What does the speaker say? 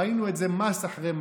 ראינו את זה מס אחרי מס.